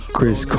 Chris